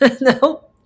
No